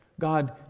God